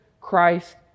Christ